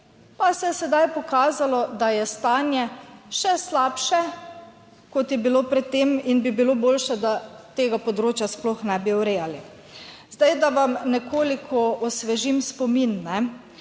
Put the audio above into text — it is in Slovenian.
pa se je sedaj pokazalo, da je stanje še slabše, kot je bilo pred tem in bi bilo boljše, da tega področja sploh ne bi urejali. Zdaj, da vam nekoliko osvežim spomin.